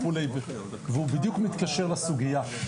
והוא בדיוק מתקשר לסוגייה.